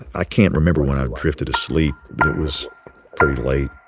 i can't remember when i drifted to sleep, but it was pretty late